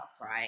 right